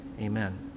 amen